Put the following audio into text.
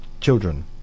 children